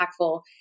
impactful